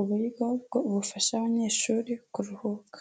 uburyo bwo bufasha abanyeshuri kuruhuka.